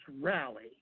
rally